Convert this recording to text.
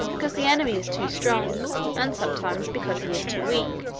because the enemy is too strong and sometimes, because he is too weak.